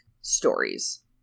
stories